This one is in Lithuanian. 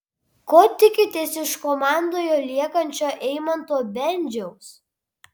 ko tikitės iš komandoje liekančio eimanto bendžiaus